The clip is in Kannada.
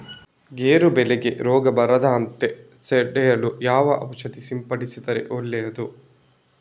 ಗೇರು ಬೆಳೆಗೆ ರೋಗ ಬರದಂತೆ ತಡೆಯಲು ಯಾವ ಔಷಧಿ ಸಿಂಪಡಿಸಿದರೆ ಒಳ್ಳೆಯದು?